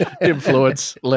Influence